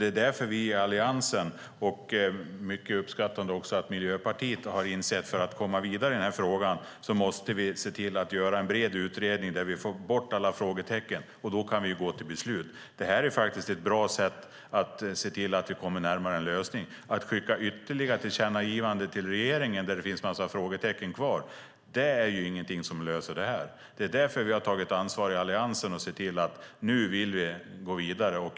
Det är därför vi i Alliansen och, vilket vi uppskattar mycket, även Miljöpartiet har insett att vi för att komma vidare i denna fråga måste se till att göra en bred utredning där vi får bort alla frågetecken. Då kan vi gå till beslut. Det är ett bra sätt att se till att vi kommer närmare en lösning. Att skicka ytterligare tillkännagivanden till regeringen där det finns en massa frågetecken kvar är ingenting som löser detta. Det är därför vi har tagit ansvar i Alliansen och sagt att vi vill gå vidare.